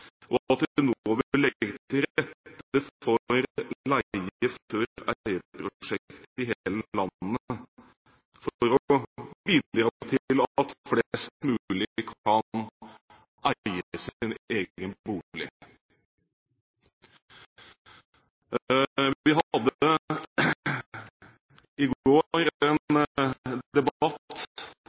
og at de nå vil legge til rette for leie-før-eie-prosjekt i hele landet for å bidra til at flest mulig kan eie sin egen bolig. Vi hadde i går en debatt